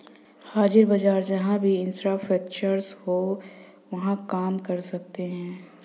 हाजिर बाजार जहां भी इंफ्रास्ट्रक्चर हो वहां काम कर सकते हैं